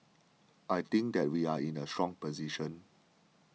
I think that we are in a strong position